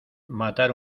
matar